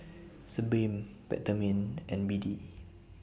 Sebamed Peptamen and B D